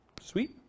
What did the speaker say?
Sweet